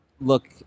look